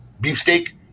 beefsteak